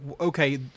okay